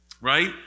right